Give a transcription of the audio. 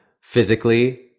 physically